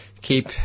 keep